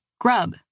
grub